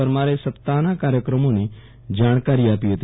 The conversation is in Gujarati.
પરમારે સપ્તાહના કાર્યક્રમોની જાણકારી આપી હતી